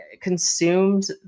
consumed